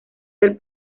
del